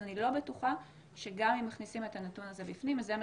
אז אני לא בטוחה שגם אם מכניסים את הנתון הזה בפנים זה מה